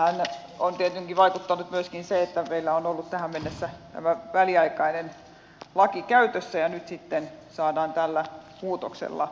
tähän on tietenkin vaikuttanut myöskin se että meillä on ollut tähän mennessä tämä väliaikainen laki käytössä ja nyt sitten saadaan tällä muutoksella pysyvä lainsäädäntö